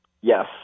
Yes